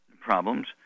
problems